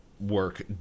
work